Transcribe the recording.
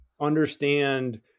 understand